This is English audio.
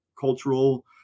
cultural